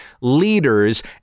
leaders